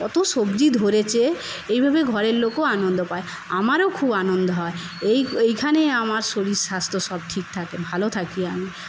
কত সবজি ধরেছে এইভাবে ঘরের লোকও আনন্দ পায় আমারও খুব আনন্দ হয় এই এইখানেই আমার শরীর স্বাস্থ্য সব ঠিক থাকে ভালো থাকি আমি